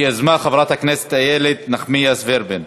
שיזמה חברת הכנסת איילת נחמיאס ורבין.